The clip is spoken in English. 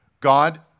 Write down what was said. God